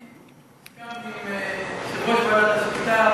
עם יושב-ראש ועדת השמיטה,